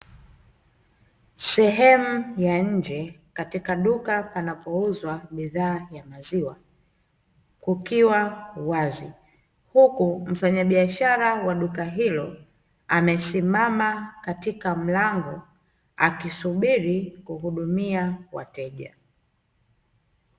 Sehemu ya nje katika duka panapouzwa bidhaa ya maziwa kukiwa wazi, huku mfanyabiashara wa duka hilo amesimama katika mlango akisubiri kuhudumia wateja.